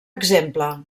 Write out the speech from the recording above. exemple